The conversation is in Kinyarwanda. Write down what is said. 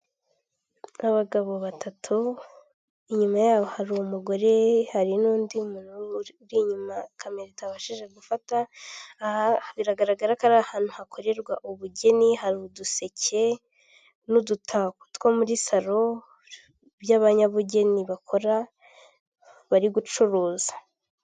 Abagabo batatu inyuma yabo hari umugore hari n'undi muntu uri inyuma kamera itabashije gufata; biragaragara ko ari ahantu hakorerwa ubugeni, hari uduseke n'udutako two muri salo by'abanyabugeni bakora bari gucuruza.